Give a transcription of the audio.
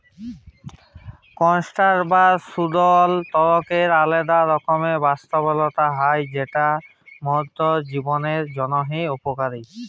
coastal বা সমুদ্দর তটের আলেদা রকমের বাস্তুতলত্র হ্যয় যেট সমুদ্দুরের জীবদের জ্যনহে উপকারী